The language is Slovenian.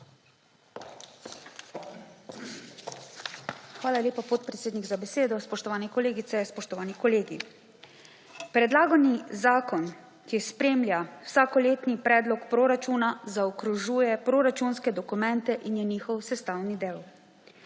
Hvala lepa, podpredsednik, za besedo. Spoštovane kolegice, spoštovani kolegi! Predlagani zakon, ki spremlja vsakoletni predlog proračuna, zaokrožuje proračunske dokumente in je njihov sestavni del.